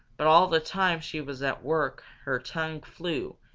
but all the time she was at work her tongue flew,